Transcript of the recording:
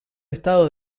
estado